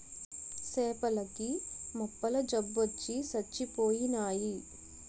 సేపల కి మొప్పల జబ్బొచ్చి సచ్చిపోయినాయి